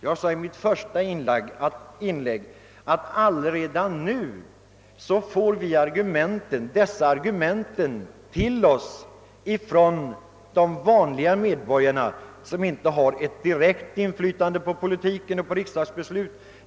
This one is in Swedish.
Jag sade i mitt första inlägg att redan nu framförs detta argument till oss ifrån de vanliga medborgarna som inte har ett direkt inflytande på politiken och på riksdagsbesluten.